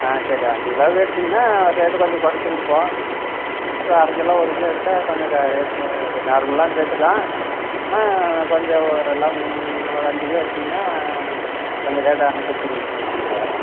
ஆ சரி அஞ்சு கிலோவாக எடுத்திங்கன்னால் ரேட்டு கொஞ்சம் குறைச்சி கொடுப்போம் அப்புறம் அரை கிலோ ஒரு கிலோ எடுத்தால் கொஞ்சம் ரேட்டு நார்மலான ரேட்டு தான் ஆனால் கொஞ்சம் எல்லாம் ஒரு அஞ்சு கிலோ எடுத்திங்கன்னால் கொஞ்சம் ரேட்டை அனுசரித்து கொடுப்போன்னு வைச்சுங்களேன்